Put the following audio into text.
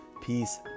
peace